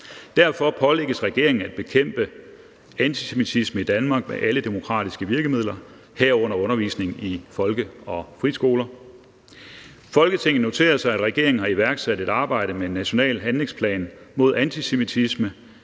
Derfor pålægges regeringen at bekæmpe antisemitisme i Danmark med alle demokratiske virkemidler, herunder undervisning i folke- og friskoler. Folketinget noterer sig, at regeringen har iværksat et arbejde med en national handlingsplan mod antisemitisme